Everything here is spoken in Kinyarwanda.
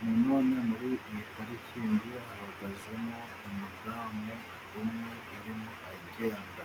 Na none muri iyi parikingi n'umwe muri iyi parikingi hahagazemo umudamu umwe, urimo agenda.